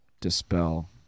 dispel